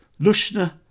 Lushna